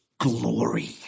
glory